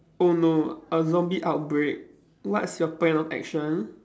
oh no a zombie outbreak what's your plan of action